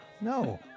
No